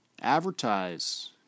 Advertise